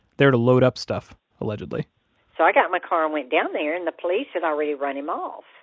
there to load up stuff, allegedly so i got in the car and went down there and the police had already run him off.